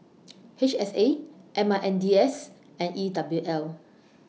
H S A M I N D S and E W L